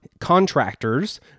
contractors